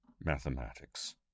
Mathematics